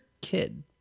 kid